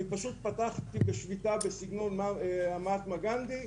אני פשוט פתחתי בשביתה בסגנון מהטמה גנדי.